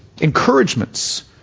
encouragements